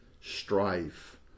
strife